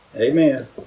Amen